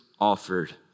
offered